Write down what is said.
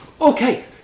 Okay